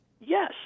yes